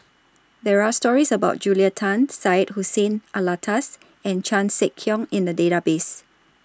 There Are stories about Julia Tan Syed Hussein Alatas and Chan Sek Keong in The Database